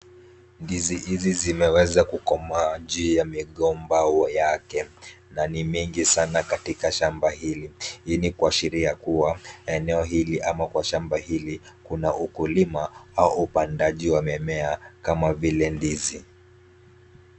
Ndizi hizi zimeweza kukomaa juu ya migomba yake na ni nyingi sana katika shamba hili. Hii ni kuashiria kuwa eneo hili ama kwa shamba hili kuna ukulima au upandaji wa mimea kama vile ndizi.